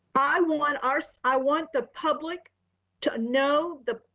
i want our, so i want the public to know the,